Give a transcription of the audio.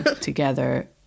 together